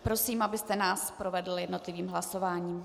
Prosím, abyste nás provedl jednotlivým hlasováním.